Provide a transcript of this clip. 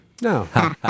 No